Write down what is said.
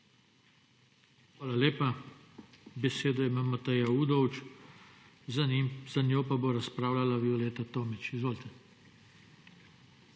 Hvala lepa. Besedo ima Mateja Udovč, za njo pa bo razpravljala Violeta Tomić. Izvolite.